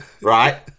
right